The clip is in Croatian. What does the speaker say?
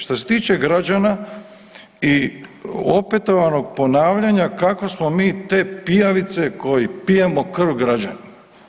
Što se tiče građana i opetovanog ponavljanja kako smo mi te pijavice koji pijemo krv građanima.